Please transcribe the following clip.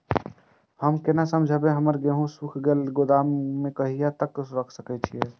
हम केना समझबे की हमर गेहूं सुख गले गोदाम में कहिया तक रख सके छिये?